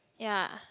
ya